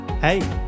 Hey